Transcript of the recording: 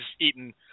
eaten